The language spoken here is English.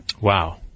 Wow